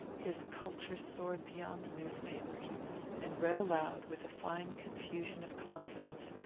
his culture soared beyond the newspapers and read aloud, with a fine confusion of consonants,